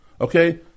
Okay